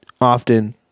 often